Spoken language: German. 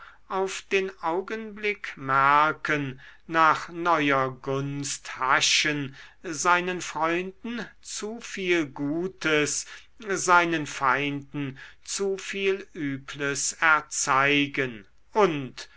auf den augenblick merken nach neuer gunst haschen seinen freunden zu viel gutes seinen feinden zu viel übles erzeigen und